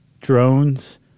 drones